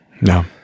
No